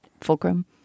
fulcrum